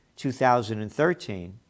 2013